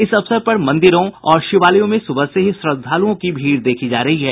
इस अवसर पर मंदिरों और शिवालयों में सुबह से ही श्रद्वालुओं की भीड़ देखी जा रही है